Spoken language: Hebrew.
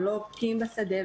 הם לא בקיאים בשדה,